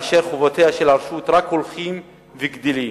וחובותיה של הרשות רק הולכים וגדלים.